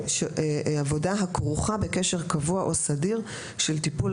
עבודה - הכרוכה בקשר קבוע או סדיר של טיפול,